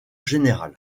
général